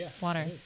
water